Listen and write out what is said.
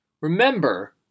Remember